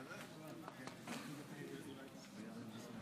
תודה, אדוני היושב-ראש.